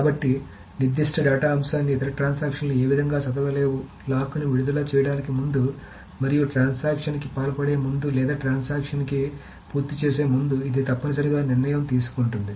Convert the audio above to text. కాబట్టి నిర్దిష్ట డేటా అంశాన్ని ఇతర ట్రాన్సాక్షన్ లు ఏ విధంగానూ చదవలేవు లాక్ను విడుదల చేయడానికి ముందు మరియు ట్రాన్సాక్షన్ కి పాల్పడే ముందు లేదా ట్రాన్సాక్షన్ ని పూర్తి చేసే ముందు ఇది తప్పనిసరిగా నిర్ణయం తీసుకుంది